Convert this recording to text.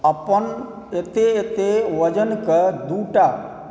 अपन एते एते वजनके दू टा